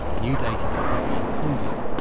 new data that could be included,